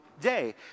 day